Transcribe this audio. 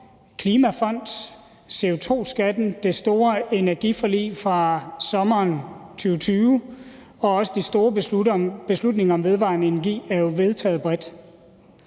klimafond, CO2-skatten, det store energiforlig fra sommeren 2020 og også de store beslutninger om vedvarende energi jo vedtaget bredt